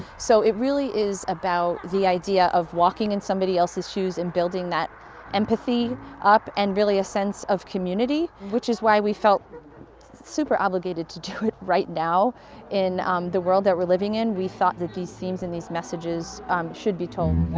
so it really is about the idea of walking in somebody else's shoes and building that empathy up and really a sense of community which is why we felt super obligated to do it right now in the world that we're living in, we thought that these themes and these messages should be told.